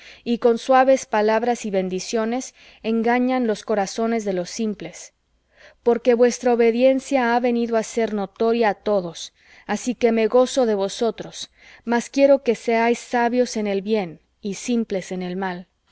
y con suaves palabras y bendiciones engañan los corazones de los simples porque vuestra obediencia ha venido á ser notoria á todos así que me gozo de vosotros mas quiero que seáis sabios en el bien y simples en el mal